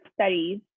studies